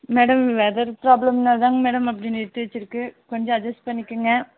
madam weather ப்ராப்ளம்னால்தாங்க madam அப்படி நிறுத்தி வச்சிருக்குது கொஞ்சம் அட்ஜஸ் பண்ணிக்கோங்க